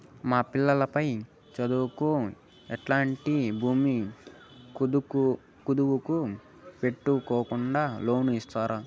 మా పిల్లలు పై చదువులకు ఎట్లాంటి భూమి కుదువు పెట్టుకోకుండా లోను ఇస్తారా